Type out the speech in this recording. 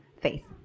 faith